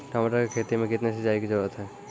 टमाटर की खेती मे कितने सिंचाई की जरूरत हैं?